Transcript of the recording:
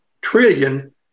trillion